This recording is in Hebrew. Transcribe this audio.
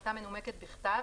בהחלטה מנומקת בכתב,